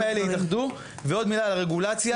קוראים לי רועי,